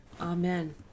Amen